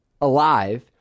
alive